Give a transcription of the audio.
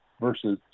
versus